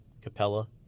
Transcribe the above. Capella